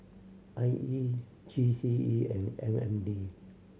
I E G C E and M N D